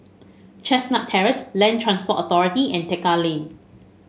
Chestnut Terrace Land Transport Authority and Tekka Lane